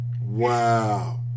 Wow